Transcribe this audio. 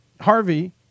Harvey